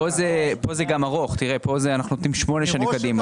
כאן אנחנו נותנים שמונה שנים קדימה.